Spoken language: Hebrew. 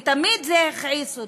ותמיד זה הכעיס אותי,